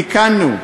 תיקנו,